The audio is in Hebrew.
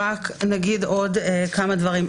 --- נגיד עוד כמה דברים.